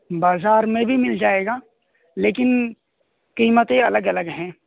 بازار میں بھی مل جائے گا لیکن قیمتیں الگ الگ ہیں